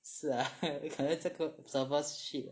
是啊有可能这个 server shit